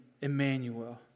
Emmanuel